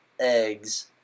eggs